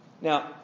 Now